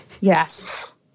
yes